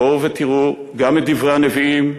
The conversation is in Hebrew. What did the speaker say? בואו ותראו גם את דברי הנביאים,